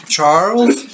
Charles